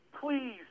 please